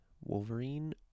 Wolverine